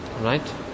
right